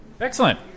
Excellent